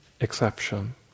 exception